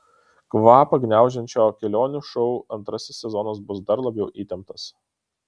kvapą gniaužiančio kelionių šou antrasis sezonas bus dar labiau įtemptas